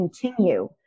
continue